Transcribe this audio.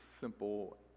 simple